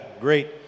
great